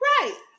Right